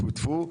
טפו-טפו,